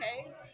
okay